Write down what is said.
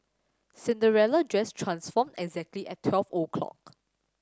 Cinderella dress transformed exactly at twelve o'clock